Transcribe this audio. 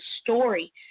story